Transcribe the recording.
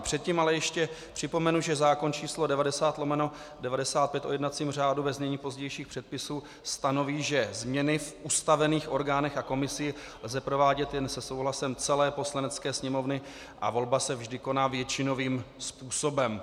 Předtím ale ještě připomenu, že zákon číslo 90/1995, o jednacím řádu, ve znění pozdějších předpisů, stanoví, že změny v ustavených orgánech a komisích lze provádět jen se souhlasem celé Poslanecké sněmovny a volba se vždy koná většinovým způsobem.